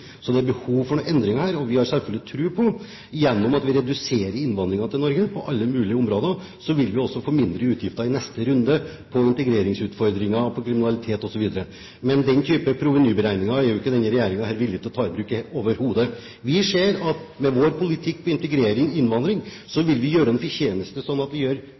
Så det er behov for noen endringer her. Og vi har selvfølgelig tro på at vi gjennom å redusere innvandringen til Norge på alle mulige områder også vil få mindre utgifter i neste runde, på integreringsutfordringer og på kriminalitet osv. Men den type provenyberegninger er jo ikke denne regjeringen overhodet villig til å ta i bruk. Vi ser at med vår politikk på integrering og innvandring så vil vi få en fortjeneste, slik at vi